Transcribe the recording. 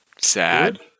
Sad